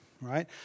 right